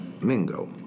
Mingo